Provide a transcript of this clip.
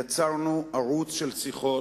יצרנו ערוץ של שיחות,